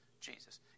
Jesus